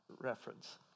reference